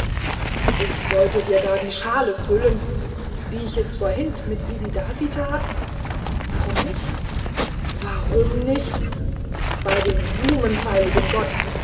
ich sollte dir gar die schale füllen wie ich es vorhin mit isidasis tat warum nicht warum nicht bei dem blumenpfeiligen gott